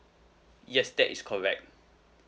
yes that is correct